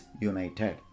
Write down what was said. united